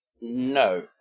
No